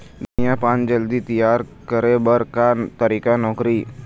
धनिया पान जल्दी तियार करे बर का तरीका नोकरी?